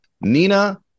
Nina